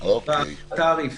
בתעריף.